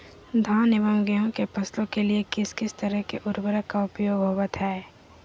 धान एवं गेहूं के फसलों के लिए किस किस तरह के उर्वरक का उपयोग होवत है?